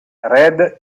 red